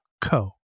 co